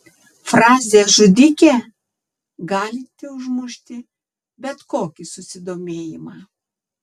frazė žudikė galinti užmušti bet kokį susidomėjimą